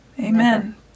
Amen